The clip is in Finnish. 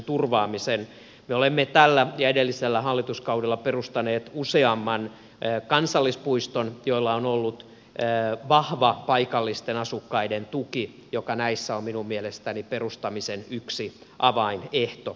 me olemme tällä ja edellisellä hallituskaudella perustaneet useamman kansallispuiston joilla on ollut vahva paikallisten asukkaiden tuki mikä on näissä minun mielestäni perustamisen yksi avainehto